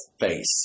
face